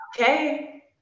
Okay